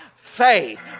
Faith